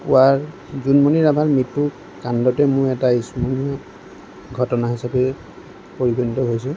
পোৱা জোনমনি ৰাভাৰ মৃত্যুৰ কাণ্ডটোৱেই মোৰ এটা স্মৰণীয় ঘটনা হিচাপে পৰিগণিত হৈছে